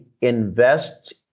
invest